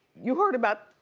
you heard about